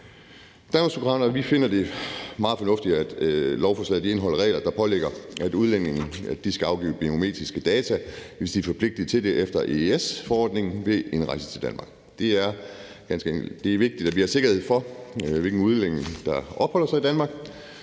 Danmarksdemokraterne finder vi det meget fornuftigt, at lovforslaget indeholder regler, der pålægger udlændinge at afgive biometriske data, hvis de er forpligtet til det ifølge EØS-forordningen ved indrejse til Danmark. Det er vigtigt, at vi har sikkerhed for, hvilke udlændinge der opholder sig i Danmark,